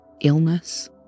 illness